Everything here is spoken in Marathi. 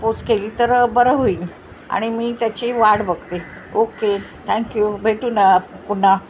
पोच केली तर बरं होईल आणि मी त्याची वाढ बघते ओके थँक्यू भेटू ना पुन्हा